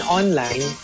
online